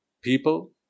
people